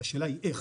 ואיך